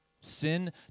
Sin